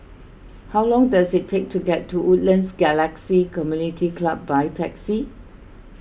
how long does it take to get to Woodlands Galaxy Community Club by taxi